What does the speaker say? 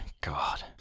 God